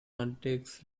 undertakes